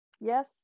Yes